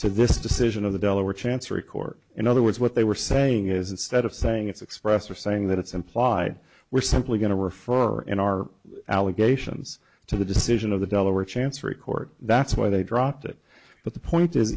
to this decision of the delaware chancery court in other words what they were saying is instead of saying it's express or saying that it's implied we're simply going to refer in our allegations to the decision of the delaware chancery court that's why they dropped it but the point is